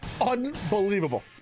Unbelievable